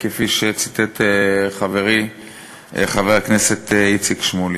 כפי שציטט חברי חבר הכנסת איציק שמולי,